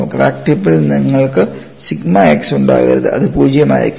crack ടിപ്പിൽ നിങ്ങൾക്ക് sigma x ഉണ്ടാകരുത് അത് പൂജ്യമായിരിക്കണം